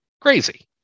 Crazy